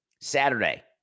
Saturday